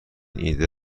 ایده